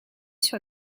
sur